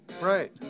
Right